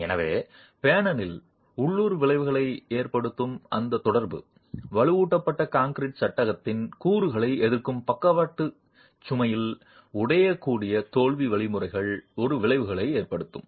எனவே பேனலில் உள்ளூர் விளைவுகளை ஏற்படுத்தும் அந்த தொடர்பு வலுவூட்டப்பட்ட கான்கிரீட் சட்டகத்தின் கூறுகளை எதிர்க்கும் பக்கவாட்டு சுமையில் உடையக்கூடிய தோல்வி வழிமுறைகளில் ஒரு விளைவுகளை ஏற்படுத்தும்